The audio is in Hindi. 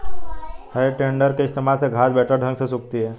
है टेडर के इस्तेमाल से घांस बेहतर ढंग से सूखती है